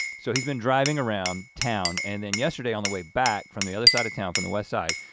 so he's been driving around town and then yesterday on the way back from the other side of town, from the west side,